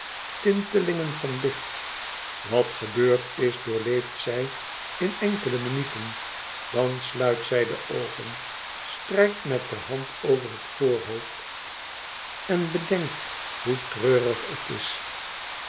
tintelingen van licht wat gebeurd is doorleeft zij in enkele minuten dan sluit zij de oogen strijkt met de hand over het voorhoofd en bedenkt hoe treurig het is